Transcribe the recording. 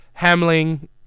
Hamling